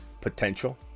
potential